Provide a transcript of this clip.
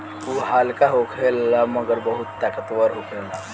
उ हल्का होखेला मगर बहुत ताकतवर होखेला